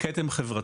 כתב חברתי.